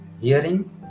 hearing